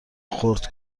خرد